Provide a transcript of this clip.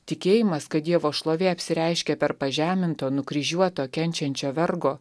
tikėjimas kad dievo šlovė apsireiškia per pažeminto nukryžiuoto kenčiančio vergo